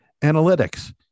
Analytics